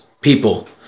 people